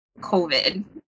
COVID